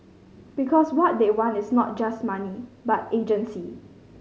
because what they want is not just money but agency